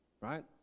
right